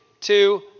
two